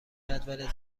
جدول